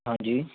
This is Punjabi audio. ਹਾਂਜੀ